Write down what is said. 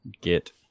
Get